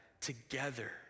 together